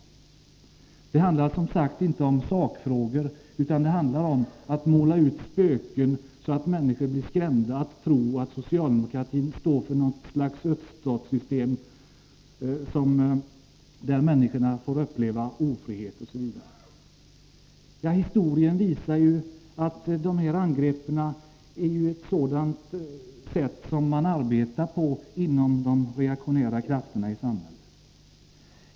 Här handlar det som sagt inte om sakfrågor, utan om att måla upp spökbilder, så att människor blir skrämda att tro att socialdemokratin står för något slags öststatssystem, där människorna får uppleva ofrihet osv. Historien visar att detta slags angrepp är något man arbetar med inom de reaktionära grupperna i samhället.